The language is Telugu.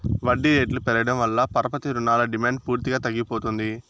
వడ్డీ రేట్లు పెరగడం వల్ల పరపతి రుణాల డిమాండ్ పూర్తిగా తగ్గిపోతుంది